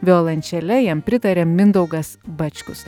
violončele jam pritarė mindaugas bačkus